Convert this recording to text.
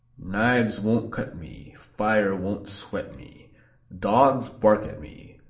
knives won't cut me fire won't sweat me dogs bark at me,